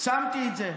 שמתי את זה.